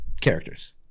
characters